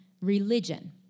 religion